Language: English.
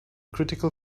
critical